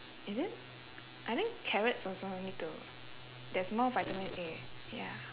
is it I think carrots also need to there's more vitamin A ya